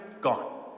gone